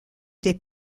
des